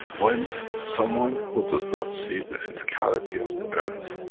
when someone who does not see the physicality of the earth,